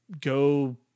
go